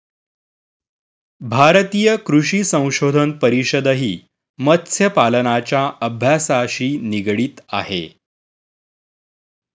भारतीय कृषी संशोधन परिषदही मत्स्यपालनाच्या अभ्यासाशी निगडित आहे